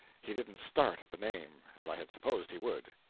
he didn't start at the name, as i had supposed he would.